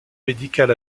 médical